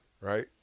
right